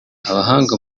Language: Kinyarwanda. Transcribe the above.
abahanga